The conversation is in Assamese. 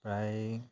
প্ৰায়